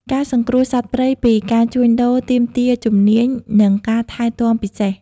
ការសង្គ្រោះសត្វព្រៃពីការជួញដូរទាមទារជំនាញ និងការថែទាំពិសេស។